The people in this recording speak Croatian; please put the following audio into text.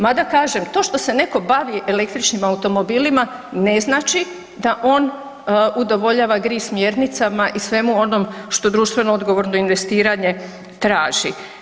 Mada kažem, to što se neko bavi električnim automobilima ne znači da on udovoljava GRI smjernicama i svemu onom što društveno odgovorno investiranje traži.